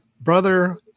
brother